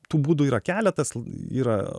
tų būdų yra keletas yra